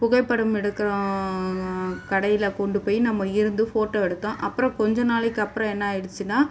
புகைப்படம் எடுக்கிற கடையில் கொண்டு போய் நம்ம இருந்து ஃபோட்டோ எடுத்தோம் அப்புறம் கொஞ்ச நாளைக்கு அப்புறம் என்ன ஆயிடுச்சுன்னா